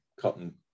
cotton